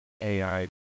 AI